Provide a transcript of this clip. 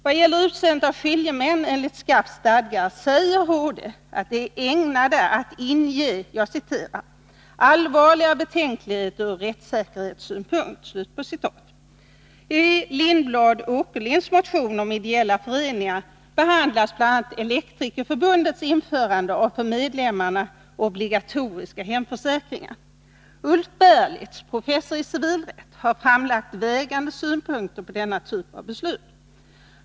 Vad gäller utseendet av skiljemän enligt SKAF:s stadgar säger HD att stadgarna är ägnade att inge ”allvarliga betänkligheter ur rättssäkerhetssynpunkt”. I motion 1982/83:718 av Allan Åkerlind och Gullan Lindblad om ideella föreningar behandlas bl.a. Elektrikerförbundets införande av för medlemmarna ”obligatoriska hemförsäkringar”. Ulf Berlitz, professor i civilrätt, har framlagt vägande synpunkter på denna typ av beslut.